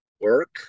work